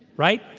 right?